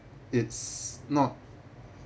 it's not